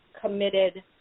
committed